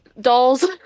dolls